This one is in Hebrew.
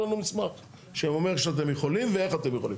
לנו מסמך שאומר שאתם יכולים ואיך אתם יכולים.